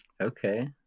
Okay